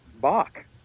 Bach